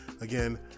again